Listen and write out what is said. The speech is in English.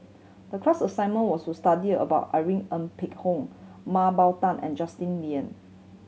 the class assignment was to study about Irene Ng Phek Hoong Mah Bow Tan and Justin Lean